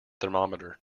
thermometer